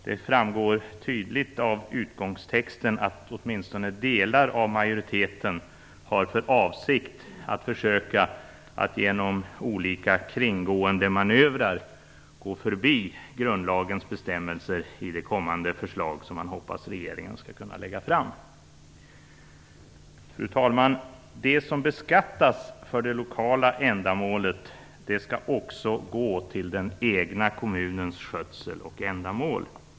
Det framgår tydligt av utskottstexten att åtminstone delar av majoriteten har för avsikt att försöka att genom olika kringgåendemanövrer gå förbi grundlagens bestämmelser i det kommande föreslag som man hoppas att regeringen skall kunna lägga fram. Fru talman! Det som beskattas för det lokala ändamålet skall också gå till den egna kommunens skötsel och ändamål.